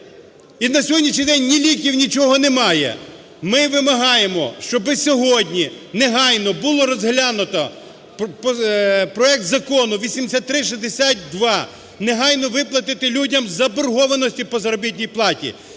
І на сьогоднішній день ні ліків, нічого немає. Ми вимагаємо, щоб сьогодні негайно було розглянуто проект Закону 8362, негайно виплатити людям заборгованості по заробітній платі.